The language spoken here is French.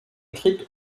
écrite